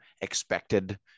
expected